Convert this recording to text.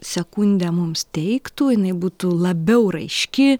sekundę mums teiktų jinai būtų labiau raiški